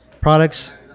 products